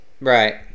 right